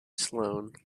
sloan